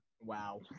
Wow